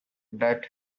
that